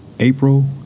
April